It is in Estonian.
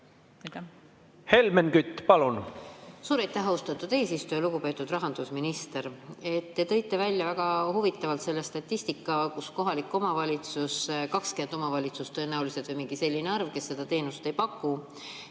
Helmen Kütt, palun!